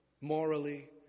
morally